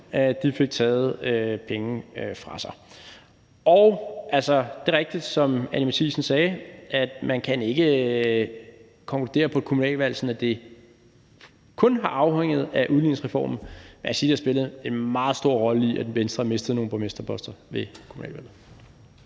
fik taget penge fra sig. Og det er rigtigt, som Anni Matthiesen sagde, at man ikke kan konkludere på et kommunalvalgsresultat, at det kun har afhængt af udligningsreformen. Jeg vil sige, at det har spillet en meget stor rolle i, at Venstre mistede nogle borgmesterposter ved kommunalvalget.